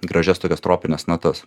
gražias tokias tropines natas